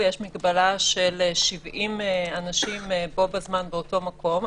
ויש מגבלה של 70 אנשים בו בזמן באותו מקום,